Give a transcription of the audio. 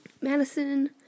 Madison